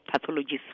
pathologists